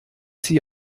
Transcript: sie